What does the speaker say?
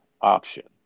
option